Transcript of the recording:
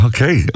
Okay